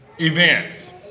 events